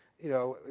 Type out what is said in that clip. you know.